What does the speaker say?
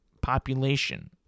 population